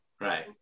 right